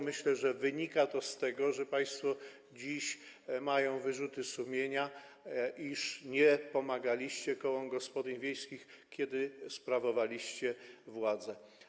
Myślę, że wynika to z tego, że państwo mają dziś wyrzuty sumienia, iż nie pomagaliście kołom gospodyń wiejskich, kiedy sprawowaliście władzę.